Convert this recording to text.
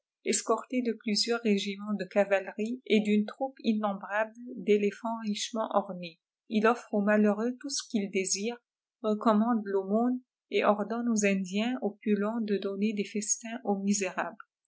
escorté de plusieurs régiments de cavalerie et d'une troupe innombrable dèéléphants richement ornés il offre aux malheureux tout ce qu'ils désirent recommande l'aumône et ordonne aux indiens opulents de donner des festins aux misérables